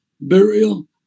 burial